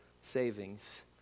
savings